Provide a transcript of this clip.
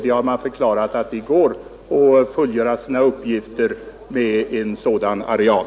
De har ju också förklarat att de kan fullgöra sina uppgifter på en sådan areal.